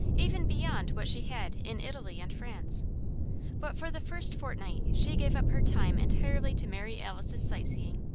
even beyond what she had in italy and france but for the first fortnight she gave up her time entirely to mary alice's sightseeing.